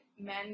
men